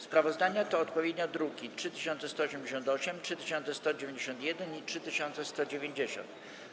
Sprawozdania to odpowiednio druki nr 3188, 3191 i 3190.